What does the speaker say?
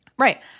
Right